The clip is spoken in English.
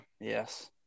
yes